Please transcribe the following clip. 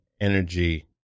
energy